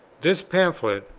this pamphlet,